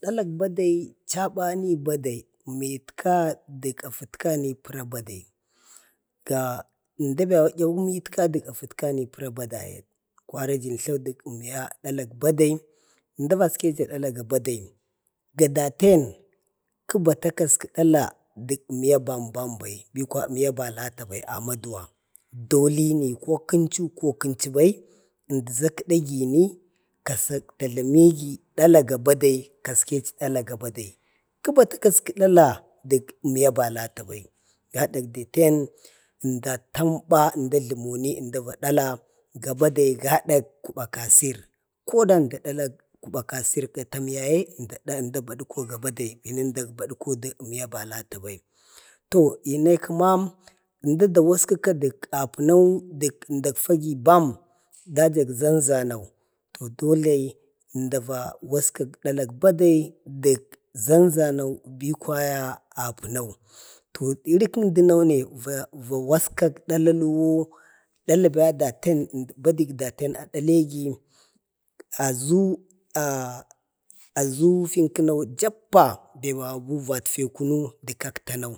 To dalak badai, chaba ni badai metka də afətka pəra badai. ga əmda be yawu metka də afətka pəra badayak. kwari jəntlau dək dalak badai, əmda vaskəja dala ga badai, ga daten kə bata kaskə dala gə əmnya bam bam bai, bi kwaya əmnya banata bai a madua dolini ko kənchu ko kənchu bai, əmdiza kədagi ni, kasak da zənigi dala ga badai, kaskechi dala ga badai, kə batu kaski, dala dək əmnya banatubai, gadak daten əmda va jlumu, va dala gadak kuba kasir. koda əmda a dalak kasir gatam yayi əmda pudku dai əmnya bana ti bai. to inai kəma əmda da waskuku dək apunau dək əmdak fagi bam, dajak zanzanau, to dolai əmda awaskak dalak badai dək zanzanau bi kwaya apunau. to iri kəmdunau ne va waskak dalunu, dalaza daten, əmdak badek daten adala gi, azu ah ah azu finkənau jappa, bi babu fi vakfi gaku kak tanau.